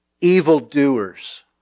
evildoers